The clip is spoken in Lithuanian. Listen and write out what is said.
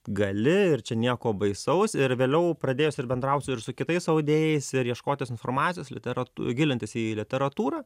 gali ir čia nieko baisaus ir vėliau pradėjus ir bendraut su ir su kitais audėjais ir ieškotis informacijos literat gilintis į literatūrą